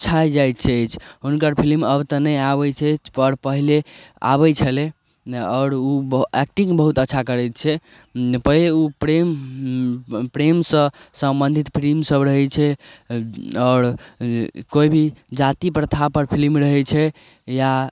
छा जाइत अछि हुनकर फिलिम अब तऽ नहि आबै छै पर पहिले आबै छलै आओर ओ एक्टिंग बहुत अच्छा करै छै पहिले ओ प्रेम प्रेम सँ सम्बन्धित फिलिम सब रहै छै आओर कोइ भी जाति प्रथा पर फिलिम रहै छै या